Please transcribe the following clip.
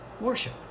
worship